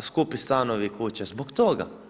skupi stanovi i kuće, zbog toga.